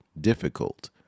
difficult